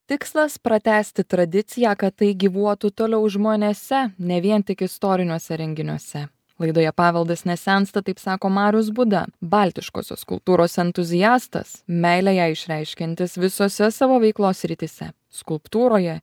tikslas pratęsti tradiciją kad tai gyvuotų toliau žmonėse ne vien tik istoriniuose renginiuose laidoje paveldas nesensta taip sako marius būda baltiškosios kultūros entuziastas meilę jai išreiškiantis visose savo veiklos srityse skulptūroje